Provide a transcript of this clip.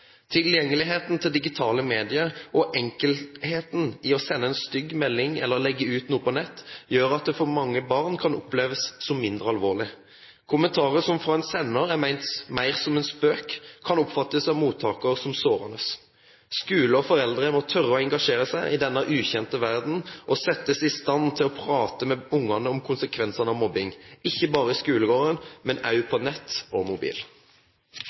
Tilgjengeligheten til digitale medier og enkelheten i å sende en stygg melding eller legge ut noe på nett gjør at det for mange barn kan oppleves som mindre alvorlig. Kommentarer som av sender er ment mer som en spøk, kan oppfattes av mottaker som sårende. Skole og foreldre må tørre å engasjere seg i denne ukjente verdenen og settes i stand til å prate med barna om konsekvensene av mobbing, ikke bare i skolegården, men også på nett og mobil.